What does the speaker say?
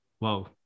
Wow